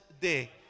Day